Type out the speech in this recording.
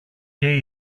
και